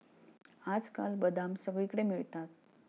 आजकाल बदाम सगळीकडे मिळतात